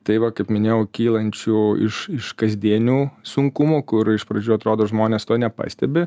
tai va kaip minėjau kylančių iš iš kasdienių sunkumų kur iš pradžių atrodo žmonės to nepastebi